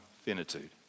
finitude